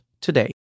today